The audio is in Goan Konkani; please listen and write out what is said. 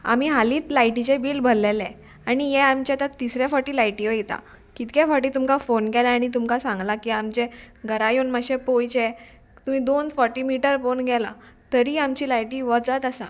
आमी हालींच लायटीचें बील भरलेलें आनी हें आमचें आतां तिसऱ्या फावटी लायटी वयता कितके फावटी तुमकां फोन केल्या आनी तुमकां सांगलां की आमचें घरा येवन मातशें पळोवचें तुवें दोन फावटी मिटर पळोवन गेला तरी आमची लायटी वचत आसा